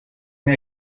mir